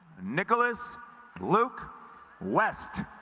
nicholas luke west